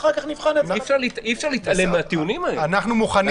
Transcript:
אחרי שנאמר מה הוחלט בוועדה,